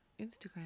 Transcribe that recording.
Instagram